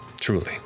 Truly